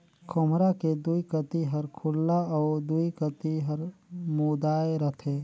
खोम्हरा के दुई कती हर खुल्ला अउ दुई कती हर मुदाए रहथे